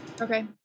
Okay